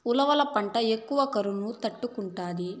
ఉలవల పంట ఎక్కువ కరువును తట్టుకుంటాది